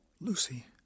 Lucy